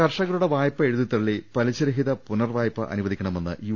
കർഷകരുടെ വായ്പ എഴുതിത്തള്ളി പലിശരഹിത പുനർവായ്പ അനുവദി ക്കണമെന്ന് യു